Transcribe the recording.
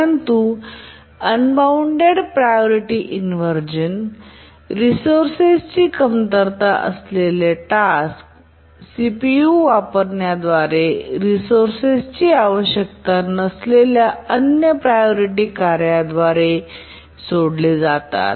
परंतु unbounded priority inversion resources ची कमतरता असलेले टास्क सीपीयू वापरण्याद्वारे रिसोर्सेस ची आवश्यकता नसलेल्या अन्य प्रायोरिटी कार्यांद्वारे सोडले जाते